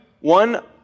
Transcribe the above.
one